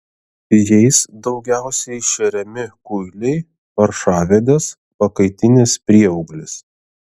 jais daugiausiai šeriami kuiliai paršavedės pakaitinis prieauglis